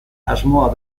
asmoa